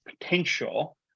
potential